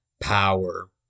power